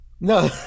No